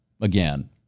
Again